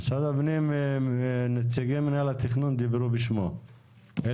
משרד הפנים נציגי מינהל התכנון דיברו בשמו אלא